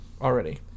already